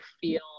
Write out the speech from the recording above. feel